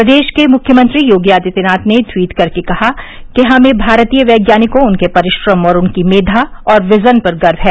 प्रदेश के मुख्यमंत्री योगी आदित्यनाथ ने ट्वीट कर कहा कि हमें भारतीय वैज्ञानिकों उनके परिश्रम उनके मेघा और विजन पर गर्व है